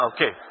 Okay